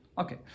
Okay